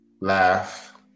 laugh